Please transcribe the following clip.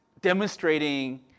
demonstrating